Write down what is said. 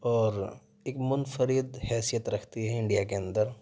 اور ایک منفرد حیثیت رکھتی ہے انڈیا کے اندر